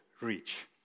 Reach